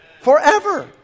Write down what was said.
Forever